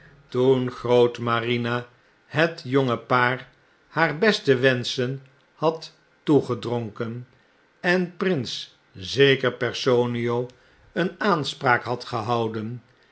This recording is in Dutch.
toen grootmarina het jonge paar haar beste wenschen had toegedronken en prins zekerpersonio een aanspraak had gehouden